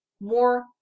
more